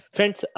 Friends